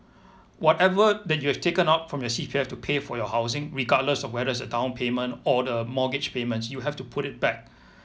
whatever that you have taken out from your C_P_F to pay for your housing regardless of whether it's a downpayment or the mortgage payments you have to put it back